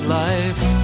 life